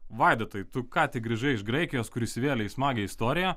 vaidotai tu ką tik grįžai iš graikijos kur įsivėlei į smagią istoriją